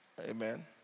Amen